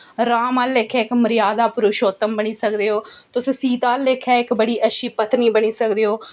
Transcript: राम आह्ले लेखा इक मर्यादा प्रशोत्म बनी सकदे ओ तुस सीता आह्ले लेखा इक बड़ी अच्छी पत्नी बनी सकदे ओ